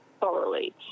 thoroughly